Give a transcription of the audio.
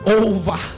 over